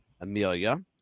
Amelia